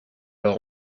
leurs